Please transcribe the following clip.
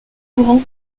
courant